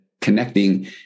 connecting